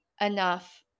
enough